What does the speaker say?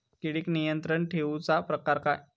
किडिक नियंत्रण ठेवुचा प्रकार काय?